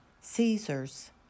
Caesar's